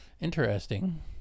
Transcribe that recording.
Interesting